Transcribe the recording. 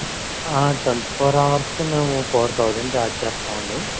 twenty four అవర్స్కి మేము four thousand charge చేస్తామండి